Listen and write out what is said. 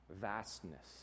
vastness